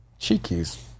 cheekies